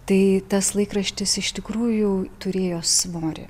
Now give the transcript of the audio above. tai tas laikraštis iš tikrųjų turėjo svorį